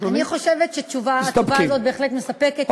אני חושבת שהתשובה הזאת בהחלט מספקת.